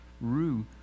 rue